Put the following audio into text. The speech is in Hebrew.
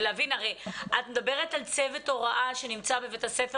הרי את מדברת על צוות הוראה שנמצא בבית הספר